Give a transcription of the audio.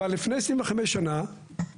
אבל לפני 25 שנה, בערך,